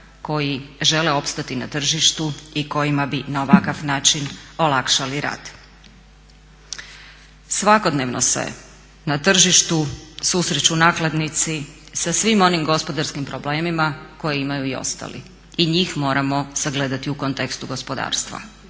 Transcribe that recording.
koji žele opstati na tržištu i kojima bi na ovakav način olakšali rad. Svakodnevno se na tržištu susreću nakladnici sa svim onim gospodarskim problemima koje imaju i ostali. I njih moramo sagledati u kontekstu gospodarstva.